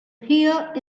here